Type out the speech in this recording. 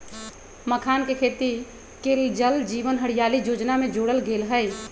मखानके खेती के जल जीवन हरियाली जोजना में जोरल गेल हई